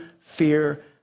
fear